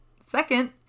second